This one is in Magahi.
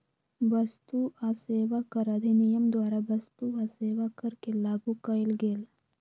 वस्तु आ सेवा कर अधिनियम द्वारा वस्तु आ सेवा कर के लागू कएल गेल